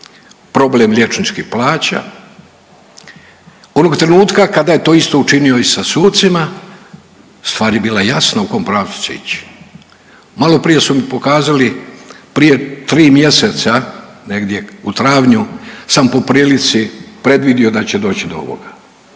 problem liječničkih plaća, onog trenutka kada je to isto učinio i sa sucima stvar je bila jasna u kom pravcu će ići. Maloprije su mi pokazali prije tri mjeseca negdje u travnju sam poprilici predvidio da će doći do ovoga.